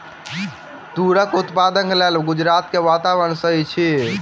तूरक उत्पादनक लेल गुजरात के वातावरण सही अछि